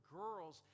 girls